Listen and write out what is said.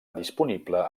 disponible